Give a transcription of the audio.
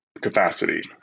capacity